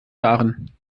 jahren